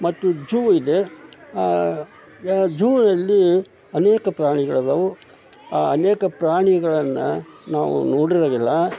ಮತ್ತು ಜೂ ಇದೆ ಆ ಜೂ ಅಲ್ಲಿ ಅನೇಕ ಪ್ರಾಣಿಗಳಿದಾವು ಆ ಅನೇಕ ಪ್ರಾಣಿಗಳನ್ನು ನಾವು ನೋಡಿರೋದಿಲ್ಲ